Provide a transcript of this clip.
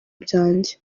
byanjye